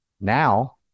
now